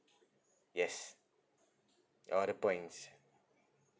yes orh the points